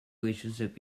relationship